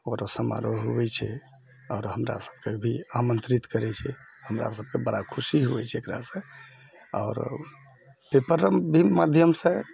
समारोह होइत छै आओर हमरा सबके भी आमंत्रित करए छै हमरा सबकेँ बड़ा खुशी होइत छै एकरासंँ आओर पेपर भी माध्यमसंँ